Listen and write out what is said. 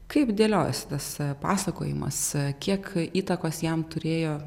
kaip dėliojosi tas pasakojimas kiek įtakos jam turėjo